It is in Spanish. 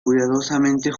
cuidadosamente